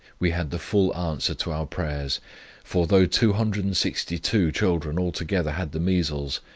we had the full answer to our prayers for though two hundred and sixty two children altogether had the measles,